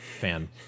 fan